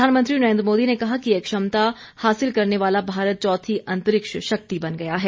प्रधानमंत्री नरेन्द्र मोदी ने कहा कि यह क्षमता हासिल करने वाला भारत चौथी अंतरिक्ष शक्ति बन गया है